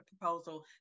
proposal